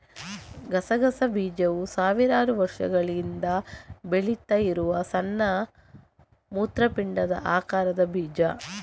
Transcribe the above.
ಗಸಗಸೆ ಬೀಜವು ಸಾವಿರಾರು ವರ್ಷಗಳಿಂದ ಬೆಳೀತಾ ಇರುವ ಸಣ್ಣ ಮೂತ್ರಪಿಂಡದ ಆಕಾರದ ಬೀಜ